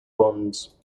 bonds